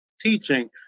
teaching